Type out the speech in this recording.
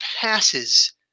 passes